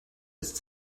ist